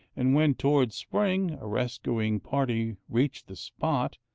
and when, toward spring, a rescuing party reached the spot,